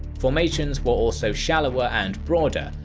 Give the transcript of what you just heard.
formations were also shallower and broader,